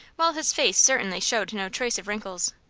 while his face certainly showed no trace of wrinkles.